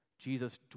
Jesus